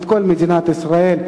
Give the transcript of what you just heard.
את כל מדינת ישראל,